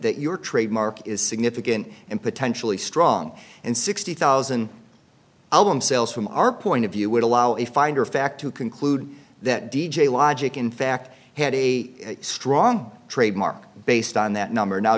that your trademark is significant and potentially strong and sixty thousand album sales from our point of view would allow a finder of fact to conclude that d j logic in fact had a strong trademark based on that number now